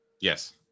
Yes